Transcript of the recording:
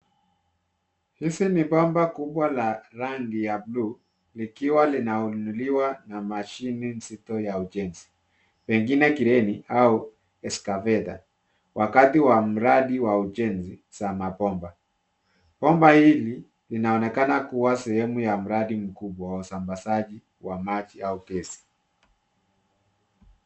Hizi ni bomba kubwa la rangi ya buluu likiwa linainuliwa na mashini nzito ya ujenzi pengine kreni au excavator wakati wa mradi wa ujenzi za mabomba. Bomba hili linaonekana kuwa sehemu ya mradi mkubwa wa usambazaji wa maji au gesi.